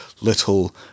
little